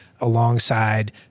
alongside